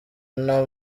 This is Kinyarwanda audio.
nta